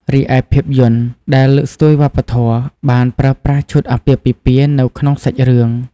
រីឯភាពយន្តដែលលើកស្ទួយវប្បធម៌ បានប្រើប្រាស់ឈុតអាពាហ៍ពិពាហ៍នៅក្នុងសាច់រឿង។